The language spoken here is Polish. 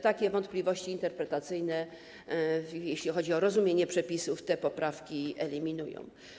Takie wątpliwości interpretacyjne, jeśli chodzi o rozumienie przepisów, te poprawki eliminują.